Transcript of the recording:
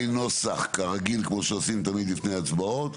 נוסח כרגיל כמו שעושים תמיד לפני הצבעות,